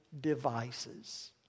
devices